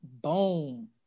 Boom